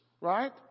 right